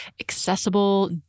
accessible